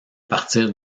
partir